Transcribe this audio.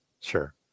Sure